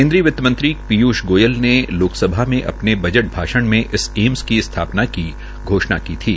केन्द्रीय विंतमंत्री पीयूष गोयल ने लोकसभा में अ ने बजट भाषण में इस एम्स की स्था ना की घोषणा की थी